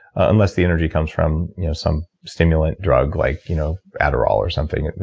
unless the energy comes from you know some stimulant drug like you know adderall or something.